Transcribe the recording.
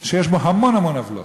שיש בו המון המון עוולות,